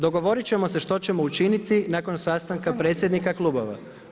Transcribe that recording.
Dogovorit ćemo se što ćemo učiniti nakon sastanka predsjednika klubova.